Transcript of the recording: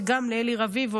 וגם לאלי רביבו,